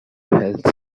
health